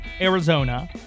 Arizona